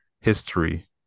history